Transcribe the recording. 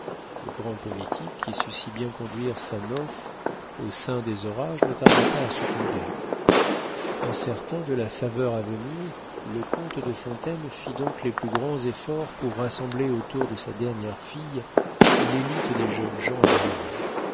le grand politique qui sut si bien conduire sa nauf au sein des orages ne tarda pas à succomber certain de la faveur à venir le comte de fontaine fit donc les plus grands efforts pour rassembler autour de sa dernière fille l'élite des jeunes gens à marier